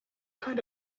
kind